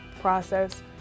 process